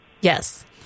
Yes